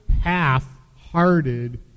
half-hearted